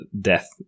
death